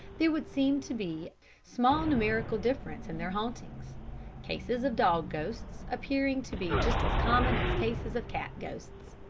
there would seem to be small numerical difference in their hauntings cases of dog ghosts appearing to be just as common as cases of cat ghosts.